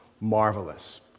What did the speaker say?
marvelous